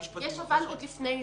יש "אבל" עוד לפני זה.